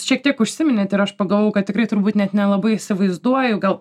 šiek tiek užsiminėt ir aš pagalvojau kad tikrai turbūt net nelabai įsivaizduoju gal